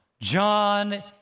John